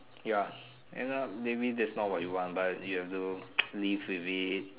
ya end up maybe that's not what you want but you have to through live with it